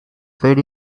fade